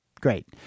great